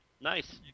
Nice